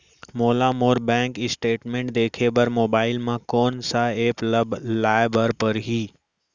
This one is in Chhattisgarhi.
मोला मोर बैंक स्टेटमेंट देखे बर मोबाइल मा कोन सा एप ला लाए बर परही?